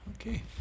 okay